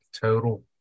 total